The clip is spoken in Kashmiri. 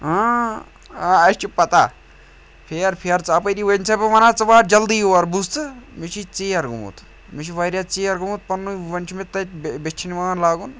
آ اَسہِ چھِ پَتہ پھیر پھیر ژٕ اَپٲری وۄنۍ ژےٚ بہٕ وَنان ژٕ وات جلدی یور بوٗزتھٕ مےٚ چھُے ژیر گوٚمُت مےٚ چھِ واریاہ ژیر گوٚمُت پَنٛنُے وۄنۍ چھِ مےٚ تَتہِ بیٚچھِنۍ وان لاگُن